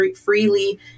freely